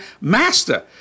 Master